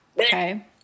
Okay